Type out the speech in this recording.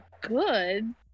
good